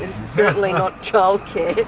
certainly not childcare! i